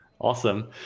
Awesome